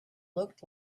looked